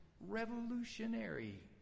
Revolutionary